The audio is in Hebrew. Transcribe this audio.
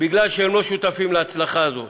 כי הם לא שותפים להצלחה הזו.